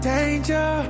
Danger